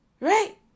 Right